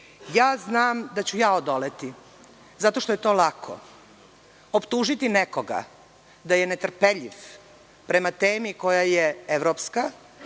Ja znam da ću ja odoleti, zato što je to lako. Optužiti nekoga da je netrpeljiv prema temi koja je evropska,